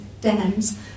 dams